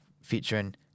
featuring